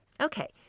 Okay